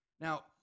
Now